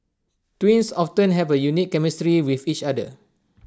twins often have A unique chemistry with each other